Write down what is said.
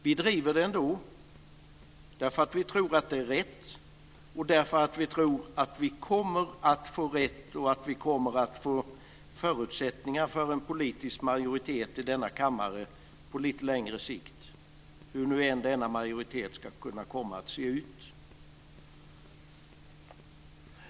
Vi driver det ändå, därför att vi tror att det är rätt och därför att vi tror att vi kommer att få rätt och att vi kommer att få förutsättningar för en politisk majoritet i denna kammare på lite längre sikt, hur nu än denna majoritet ska kunna komma att se ut.